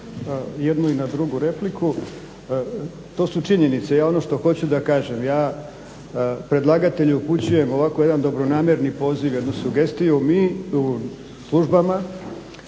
jednu i na drugu repliku. To su činjenice. Ja ono što hoću da kažem ja predlagatelju upućujem ovako jedan dobronamjerni poziv, jednu sugestiju. Mi u službama